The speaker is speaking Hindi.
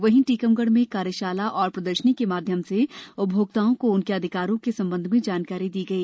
वहीं टीकमगढ में कार्यशाला और प्रदर्शनी के माध्यम से उपभोक्ताओं को उनके अधिकारों के संबंध मे जानकारी दी गई